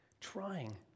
trying